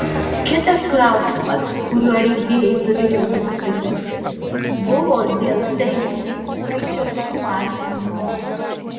kitas klausimas kuriuo rinkėjai turėjo pasisakyti buvo dėl seimo narių skaičiaus sumažinimo